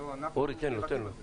אנחנו מבטאים את זה.